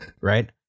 right